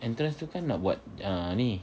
entrance tu kan nak buat ah ni